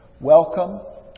welcome